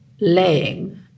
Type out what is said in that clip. laying